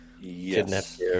Yes